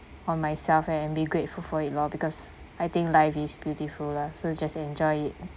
on myself and be grateful for it loh because I think life is beautiful lah so just enjoy it